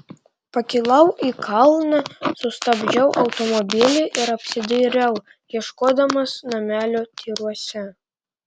pakilau į kalną sustabdžiau automobilį ir apsidairiau ieškodamas namelio tyruose